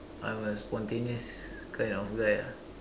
I a spontaneous kind of guy ah